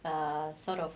a sort of